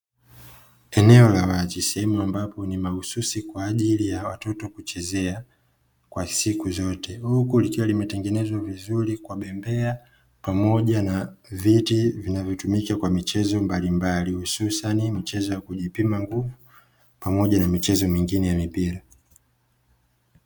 Eneo la wazi sehemu ambapo ni mahususi kwa ajili ya watoto kuchezea kwa siku zote, huku likiwa limetengenezwa vizuri kwa bembea pamoja na viti vinavyotumika kwa michezo mbalimbali, hususan mchezo wa kujipima nguvu pamoja na michezo mingine ya mipira.